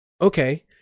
Okay